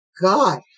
God